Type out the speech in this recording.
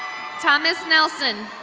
thomas nelson.